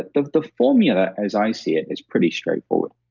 the the formula as i see it, is pretty straightforward.